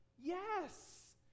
Yes